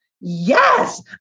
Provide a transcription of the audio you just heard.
yes